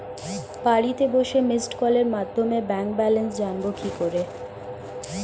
বাড়িতে বসে মিসড্ কলের মাধ্যমে ব্যাংক ব্যালেন্স জানবো কি করে?